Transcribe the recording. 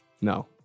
No